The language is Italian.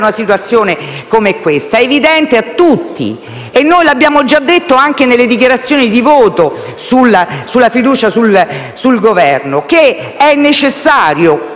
una situazione come questa è evidente a tutti, (l'abbiamo già detto anche in fase di dichiarazione di voto sulla fiducia al Governo), che è necessario